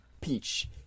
Peach